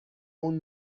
اون